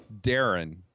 Darren